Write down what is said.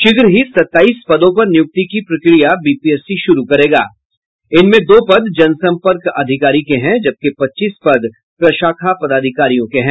शीघ्रही सत्ताईस पदों पर नियुक्ति की प्रक्रिया बीपीएससी शुरू करेगा इनमें दो पद जनसंपर्क अधिकारी के हैं जबकि पच्चीस पद प्रशाखा पदाधिकारियों के हैं